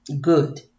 good